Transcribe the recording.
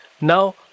Now